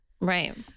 Right